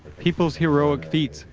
people's heroic feats,